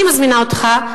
אני מזמינה אותך,